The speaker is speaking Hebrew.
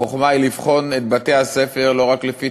החוכמה היא לבחון את בתי-הספר לא רק לפי